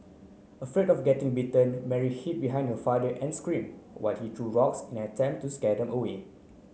afraid of getting bitten Mary hid behind her father and scream while he threw rocks in an attempt to scare them away